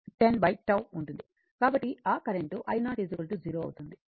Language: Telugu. కాబట్టి ఆ కరెంట్ i0 0 అవుతుంది